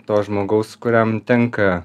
to žmogaus kuriam tenka